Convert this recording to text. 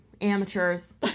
Amateurs